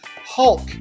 Hulk